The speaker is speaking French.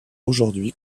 aujourd’hui